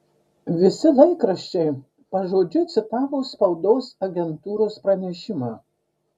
visi laikraščiai pažodžiui citavo spaudos agentūros pranešimą